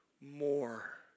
more